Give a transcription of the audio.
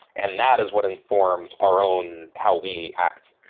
and that is what informs our own how we act,